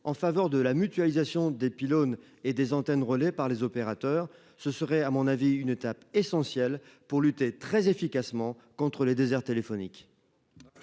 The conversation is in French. en faveur de la mutualisation des pylônes et des antennes relais par les opérateurs, ce serait à mon avis une étape essentielle pour lutter très efficacement contre les déserts téléphonique.--